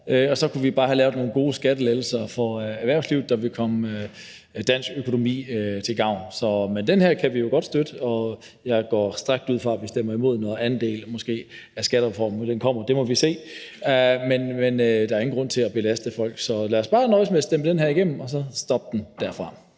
Og så kunne vi bare lave nogle gode skattelettelser for erhvervslivet, der vil være til gavn for dansk økonomi. Det her kan vi jo godt støtte, men jeg går stærkt ud fra, at vi stemmer imod, når anden del af skattereformen kommer – men det må vi jo se. Men der er ingen grund til at belaste folk, så lad os bare nøjes med at stemme det her igennem og så stoppe det derfra.